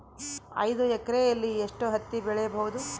ಐದು ಎಕರೆಯಲ್ಲಿ ಎಷ್ಟು ಹತ್ತಿ ಬೆಳೆಯಬಹುದು?